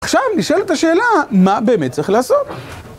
עכשיו נשאלת השאלה, מה באמת צריך לעשות?